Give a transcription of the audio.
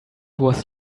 was